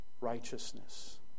righteousness